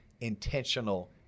intentional